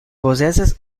possess